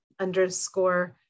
underscore